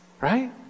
right